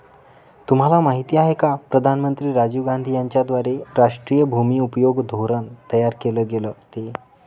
तुम्हाला माहिती आहे का प्रधानमंत्री राजीव गांधी यांच्याद्वारे राष्ट्रीय भूमि उपयोग धोरण तयार केल गेलं ते?